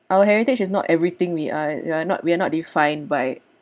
our heritage is not everything we are we are not we are not defined by